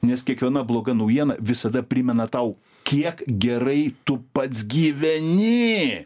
nes kiekviena bloga naujiena visada primena tau kiek gerai tu pats gyveni